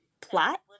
plot